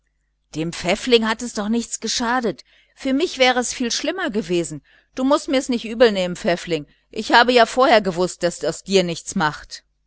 dem pfäffling hat das doch nichts geschadet für mich wäre es viel schlimmer gewesen du mußt mir's nicht übelnehmen pfäffling ich habe ja vorher gewußt daß dir das nichts macht